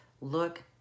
look